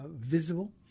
visible